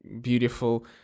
beautiful